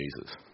Jesus